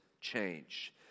change